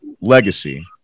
Legacy